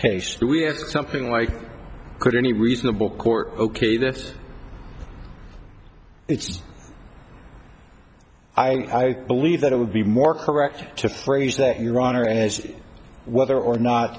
case we have something like could any reasonable court ok that's it's i believe that it would be more correct to phrase that in iran or as whether or not